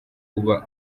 uba